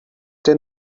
der